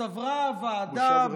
סברה הוועדה,